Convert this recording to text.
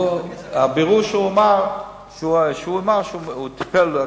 בבירור נאמר שהוא טיפל,